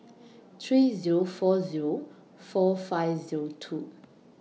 three Zero four Zero four five Zero two